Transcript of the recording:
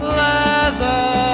leather